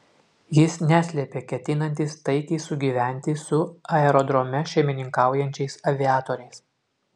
jis neslėpė ketinantis taikiai sugyventi su aerodrome šeimininkaujančiais aviatoriais